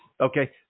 Okay